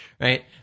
right